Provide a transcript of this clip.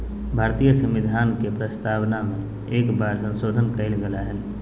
भारतीय संविधान के प्रस्तावना में एक बार संशोधन कइल गेले हइ